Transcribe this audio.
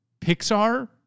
Pixar